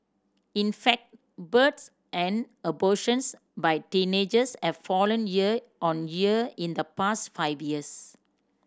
in fact births and abortions by teenagers have fallen year on year in the past five years